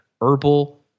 herbal